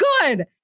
good